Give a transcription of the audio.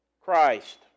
Christ